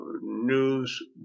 News